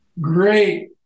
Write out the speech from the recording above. great